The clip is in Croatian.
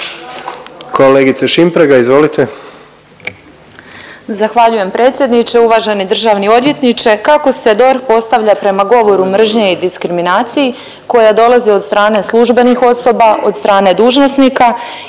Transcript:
Kolegice Šimpraga izvolite.